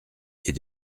est